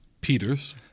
Peters